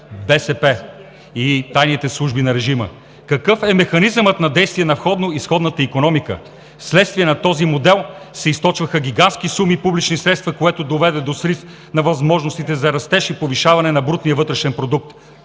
БСП, и тайните служби на режима. Какъв е механизмът на действие на входно-изходната икономика? Вследствие на този модел се източваха гигантски суми публични средства, което доведе до срив на възможностите за растеж и повишаване на брутния вътрешен продукт.